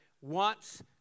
wants